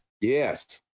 Yes